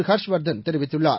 ஹர்ஷ்வர்தன் தெரிவித்துள்ளார்